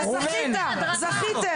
אז זכית, זכיתם.